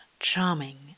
Charming